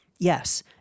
Yes